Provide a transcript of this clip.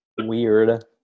weird